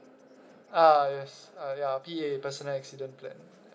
uh yes uh ya P_A personal accident plan